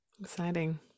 Exciting